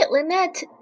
Lynette